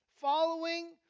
following